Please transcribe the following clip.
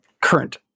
current